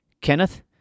Kenneth